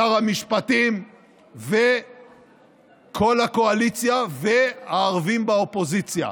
שר המשפטים וכל הקואליציה והערבים באופוזיציה,